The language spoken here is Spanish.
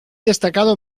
destacado